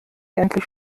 endlich